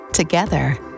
Together